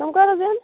تِم کَر حظ یِن